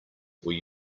were